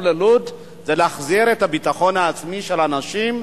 ללוד זה להחזיר את הביטחון העצמי של האנשים,